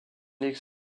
les